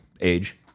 age